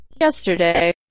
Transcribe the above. yesterday